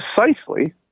precisely